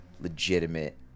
legitimate